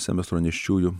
semestro nėščiųjų